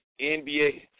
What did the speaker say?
NBA